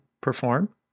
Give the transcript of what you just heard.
perform